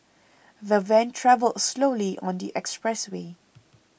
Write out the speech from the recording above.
the van travelled slowly on the expressway